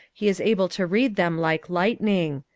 he is able to read them like lightning.